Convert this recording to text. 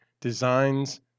designs